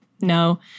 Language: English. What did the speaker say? no